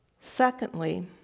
Secondly